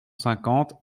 cinquante